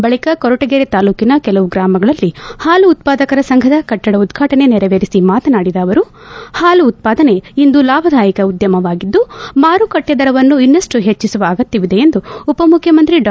ಬಳಿಕ ಕೊರಟಗೆರೆ ತಾಲೂಕನ ಕೇಲವು ಗ್ರಾಮಗಳಲ್ಲಿ ಹಾಲು ಉತ್ತಾದಕರ ಸಂಘದ ಕಟ್ಟಡ ಉದ್ವಾಟನೆ ನೆರವೇರಿಸಿ ಮಾತನಾಡಿದ ಅವರು ಹಾಲು ಉತ್ಪಾದನೆ ಇಂದು ಲಾಭದಾಯಕ ಉದ್ಘಮವಾಗಿದ್ದು ಮಾರುಕಟ್ಟೆ ದರವನ್ನು ಇನ್ನಷ್ಟು ಪೆಟ್ಟಿಸುವ ಅಗತ್ತವಿದೆ ಎಂದು ಉಪಮುಖ್ಯಮಂತ್ರಿ ಡಾ